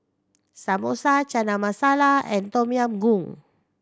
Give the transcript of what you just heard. Samosa Chana Masala and Tom Yam Goong